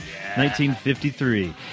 1953